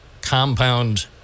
compound